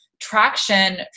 traction